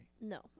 No